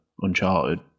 Uncharted